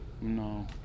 No